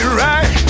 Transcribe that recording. right